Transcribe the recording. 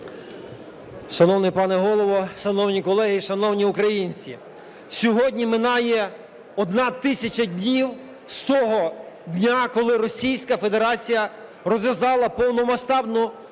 Шановний пане Голово, шановні колеги, шановні українці! Сьогодні минає одна тисяча днів з того дня, коли Російська Федерація розв'язала повномасштабну